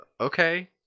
Okay